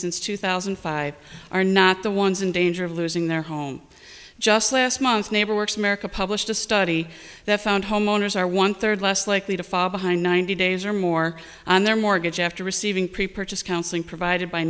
since two thousand and five are not the ones in danger of losing their home just last month neighbor works america published a study that found homeowners are one third less likely to fall behind ninety days or more on their mortgage after receiving pre purchase counseling provided by